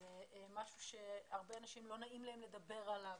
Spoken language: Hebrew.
זה משהו שהרבה אנשים לא נעים להם לדבר עליו.